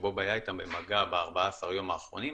שבוב היה איתם במגע ב-14 ימים האחרונים,